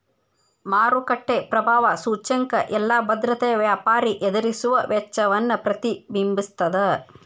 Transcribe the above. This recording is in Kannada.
ಮಾರುಕಟ್ಟೆ ಪ್ರಭಾವ ಸೂಚ್ಯಂಕ ಎಲ್ಲಾ ಭದ್ರತೆಯ ವ್ಯಾಪಾರಿ ಎದುರಿಸುವ ವೆಚ್ಚವನ್ನ ಪ್ರತಿಬಿಂಬಿಸ್ತದ